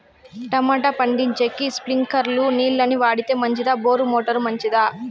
Tomato పండించేకి స్ప్రింక్లర్లు నీళ్ళ ని వాడితే మంచిదా బోరు మోటారు మంచిదా?